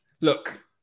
look